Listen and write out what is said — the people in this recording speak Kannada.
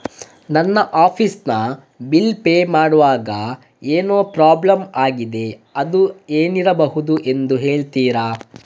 ನನ್ನ ಆಫೀಸ್ ನ ಬಿಲ್ ಪೇ ಮಾಡ್ವಾಗ ಏನೋ ಪ್ರಾಬ್ಲಮ್ ಆಗಿದೆ ಅದು ಏನಿರಬಹುದು ಅಂತ ಹೇಳ್ತೀರಾ?